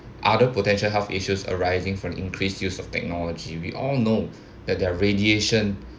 other potential health issues arising from the increased use of technology we all know that their radiation